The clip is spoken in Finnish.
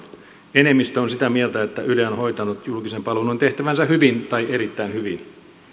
enemmistö on sitä mieltä että yle on hoitanut julkisen palvelun tehtävänsä hyvin tai erittäin hyvin